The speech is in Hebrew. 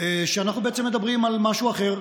שאנחנו בעצם מדברים על משהו אחר,